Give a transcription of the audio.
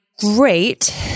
Great